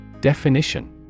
Definition